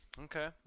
Okay